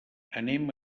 anem